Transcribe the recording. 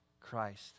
Christ